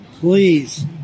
please